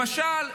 למשל,